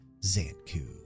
Zantku